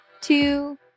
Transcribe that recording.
two